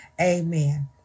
Amen